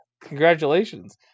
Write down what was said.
Congratulations